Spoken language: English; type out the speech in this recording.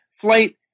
flight